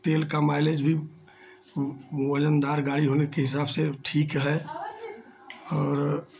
तेल का माइलेज भी वह वज़नदार गाड़ी होने के हिसाब से ठीक है और